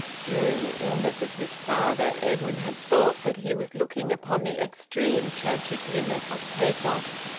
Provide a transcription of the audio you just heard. during the illness of his father edwin had thought that he was looking upon the extreme tragic limit of pathos,